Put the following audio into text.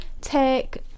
take